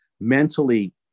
mentally